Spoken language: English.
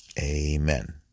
Amen